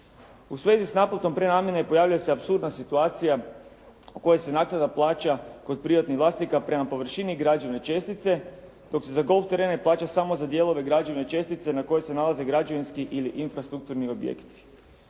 U svezi s naplatom prenamjene pojavljuje se apsurdna situacija u kojoj se naknada plaća kod privatnih vlasnika prema površini građevne čestice, dok se za golf terene plaća samo za dijelove građevne čestice na kojoj se nalazi građevinski ili infrastrukturni objekti.